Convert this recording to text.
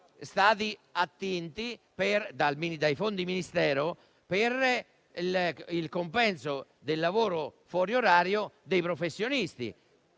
stati attinti dai fondi del Ministero per il compenso del lavoro fuori orario dei professionisti.